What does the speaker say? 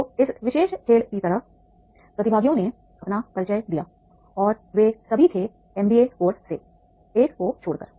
तो इस विशेष खेल की तरह प्रतिभागियों ने अपना परिचय दिया और वे सभी थे एमबीए कोर्स से एक को छोड़कर